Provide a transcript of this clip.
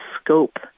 scope